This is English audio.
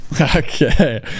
Okay